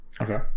Okay